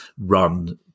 run